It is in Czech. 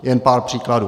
Jen pár příkladů.